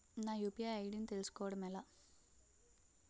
నా UPI ID ని తెలుసుకోవడం ఎలా?